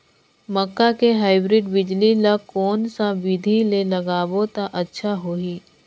मक्का के हाईब्रिड बिजली ल कोन सा बिधी ले लगाबो त अच्छा होहि?